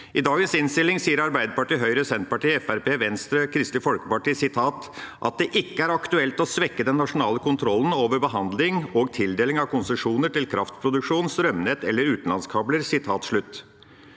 I dagens innstilling sier Arbeiderpartiet, Høyre, Senterpartiet, Fremskrittspartiet, Venstre og Kristelig Folkeparti «at det ikke er aktuelt å svekke den nasjonale kontrollen over behandling og tildeling av konsesjoner til kraftproduksjon, strømnett eller utenlandskabler».